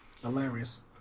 Hilarious